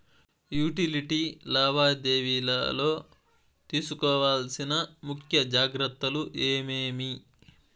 Utility లావాదేవీల లో తీసుకోవాల్సిన ముఖ్య జాగ్రత్తలు ఏమేమి?